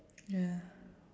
ya